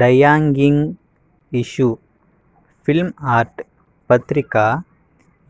డయాంగ్యింగ్ ఇష్యూ film art పత్రిక